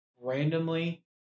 randomly